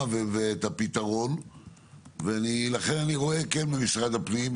ואת הפתרון ולכן אני רואה כן במשרד הפנים,